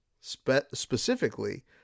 specifically